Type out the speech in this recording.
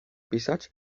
pisać